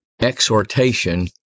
exhortation